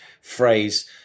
phrase